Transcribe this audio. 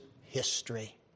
history